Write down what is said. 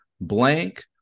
blank